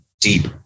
deep